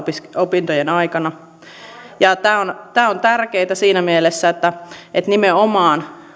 opintojen aikana tämä on tämä on tärkeätä siinä mielessä että että nimenomaan